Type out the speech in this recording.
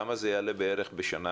כמה זה יעלה בערך בשנה?